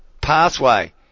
pathway